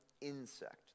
insect